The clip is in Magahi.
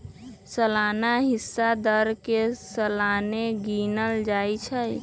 सलाना हिस्सा दर के सलाने गिनल जाइ छइ